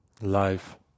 Life